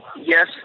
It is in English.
yes